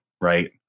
right